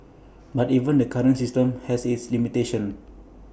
but even the current system has its limitations